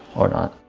or not.